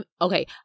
okay